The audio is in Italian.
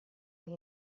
che